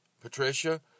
Patricia